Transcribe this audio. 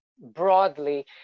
broadly